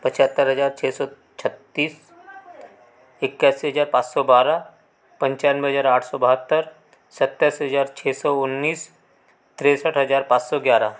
पचहत्तर हज़ार छ सौ छत्तीस इक्यासी हज़ार पाँच सौ बारह पंचानवे हज़ार आठ सौ बहत्तर सत्तस हज़ार छ सौ उन्नीस तिरसठ हज़ार पाँच सौ ग्यारह